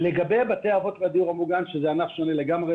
לגבי בתי האבות והדיור המוגן שזה ענף שונה לגמרי,